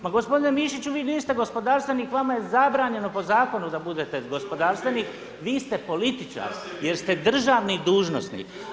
Ma gospodine Mišiću vi niste gospodarstvenik vama je zabranjeno po zakonu da budete po gospodarstvenik, vi ste političar jer ste državni dužnosnik.